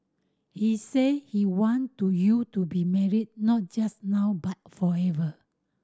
he said he want to you to be married not just now but forever